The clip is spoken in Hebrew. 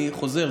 אני חוזר,